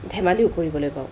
ধেমালিও কৰিবলৈ পাওঁ